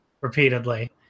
repeatedly